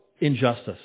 injustice